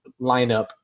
lineup